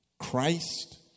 Christ